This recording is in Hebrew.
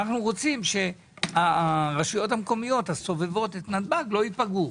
אבל מה שאנחנו רוצים זה שהרשויות המקומיות הסובבות את נתב"ג לא ייפגעו.